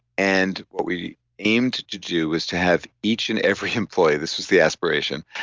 and what we aimed to do was to have each and every employee. this was the aspiration.